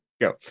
go